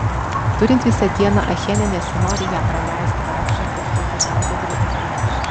turint visą dieną achene nesinori ją praleisti vaikščiojant aplinkui katedrą ir rotušę